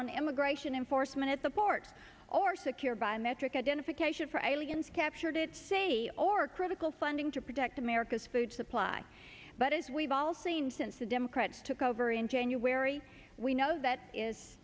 on immigration enforcement and support or secure biometric identification for elegance captured it say or critical funding to protect america's food supply but as we've all seen since the democrats took over in january we know that is